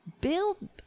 build